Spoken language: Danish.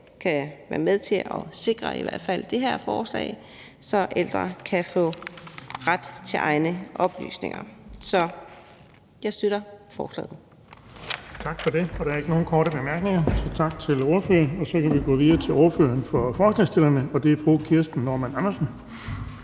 kan være med til at sikre i hvert fald det her forslag, så ældre kan få ret til egne oplysninger. Så jeg støtter forslaget. Kl. 15:23 Den fg. formand (Erling Bonnesen): Tak for det. Der er ikke nogen korte bemærkninger, så tak til ordføreren. Og så kan vi gå videre til ordføreren for forslagsstillerne, fru Kirsten Normann Andersen.